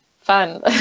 fun